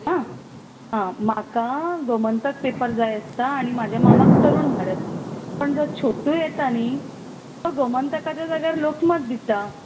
हा हा म्हाका गोमंतक पेपर जाय आसता आनी म्हज्या मामाक तरूण भारत पूण जो छोटू येता न्ही तो गोमंतकाच्या जाग्यार लोकमत दिता